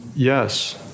Yes